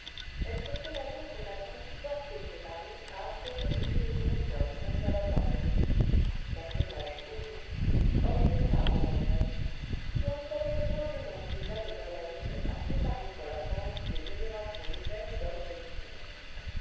elle se trouva donc au matin fort peu préparée à affronter m le directeur du conservatoire politique personnage auguste homme d'état en retraite qui employait noblement ses années d'invalides à préparer pour la france des générations nouvelles d'hommes politiques